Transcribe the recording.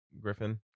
Griffin